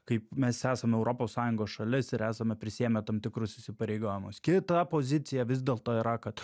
kaip mes esam europos sąjungos šalis ir esame prisiėmę tam tikrus įsipareigojimus kita pozicija vis dėlto yra kad